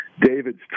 David's